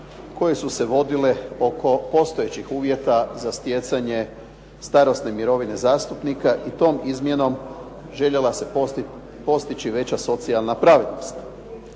koje su se vodile oko postojećih uvjeta za stjecanje starosne mirovine zastupnika i tom izmjenom željela se postići veća socijalna pravednost.